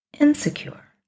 insecure